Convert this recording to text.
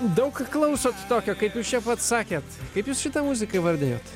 daug klausot tokio kaip jūs čia pats sakėt kaip jūs šitą muziką įvardijot